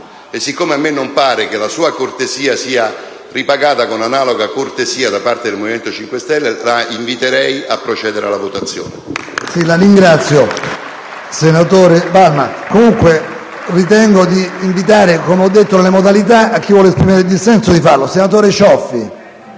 E poiché a me non pare che la sua cortesia sia ripagata con analoga cortesia da parte del Movimento 5 Stelle la inviterei a procedere alla votazione.